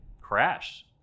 crash